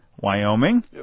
Wyoming